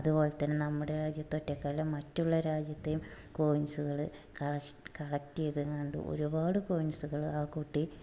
അതുപോലെ തന്നെ നമ്മുടെ രാജ്യത്തെറ്റേക്കാലും മറ്റ് രാജ്യത്തെയും കോയിൻസ്കൾ കള കളക്റ്റ് ചെയ്തെങ്ങാണ്ട് ഒരുപാട് കോയിൻസ്കൾ ആ കുട്ടി